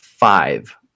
Five